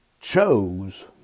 chose